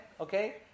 Okay